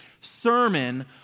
sermon